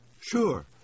Sure